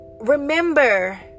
remember